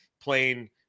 playing